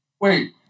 Wait